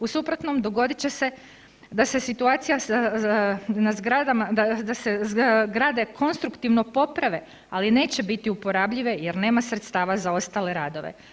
U suprotnom dogodit će se da se situacija na zgradama, da se zgrade konstruktivno poprave, ali neće biti uporabljive jer nema sredstava za ostale radove.